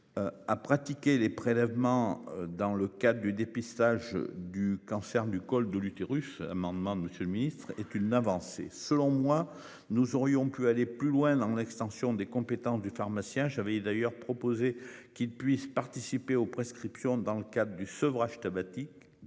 À pratiquer les prélèvements dans le cadre du dépistage du cancer du col de l'utérus amendement. Monsieur le ministre est une avancée selon moi. Nous aurions pu aller plus loin dans l'extension des compétences du pharmacien. J'avais d'ailleurs proposé qu'il puisse participer aux prescriptions dans le cap du sevrage sabbatique.